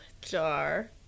jar